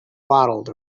waddled